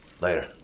Later